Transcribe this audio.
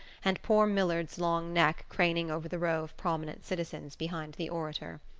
and poor millard's long neck craning over the row of prominent citizens behind the orator.